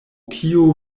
kio